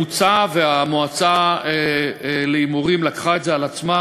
מוצע, והמועצה להימורים לקחה את זה על עצמה,